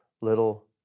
little